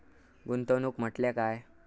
गुंतवणूक म्हटल्या काय?